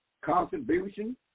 contribution